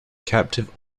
captive